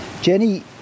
Jenny